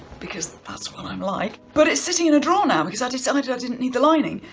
because that's what i'm like. but it's sitting in a drawer now because i decided i didn't need the lining.